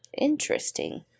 Interesting